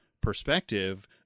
perspective